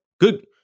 Good